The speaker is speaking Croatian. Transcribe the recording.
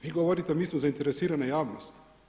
Vi govorite mi smo zainteresirana javnost.